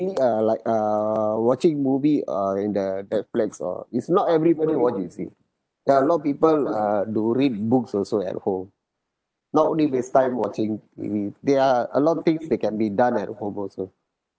uh like err watching movie uh in the netflix or it's not everybody what you see there are a lot of people uh do read books also at home not only waste time watching T_V there are a lot of things that can be done at home also